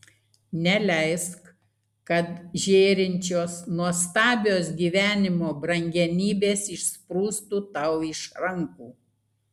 neleisk kad žėrinčios nuostabios gyvenimo brangenybės išsprūstų tau iš rankų